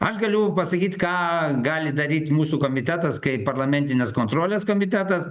aš galiu pasakyt ką gali daryt mūsų komitetas kaip parlamentinės kontrolės komitetas